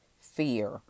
fear